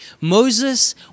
Moses